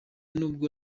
nubwo